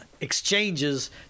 exchanges